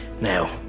Now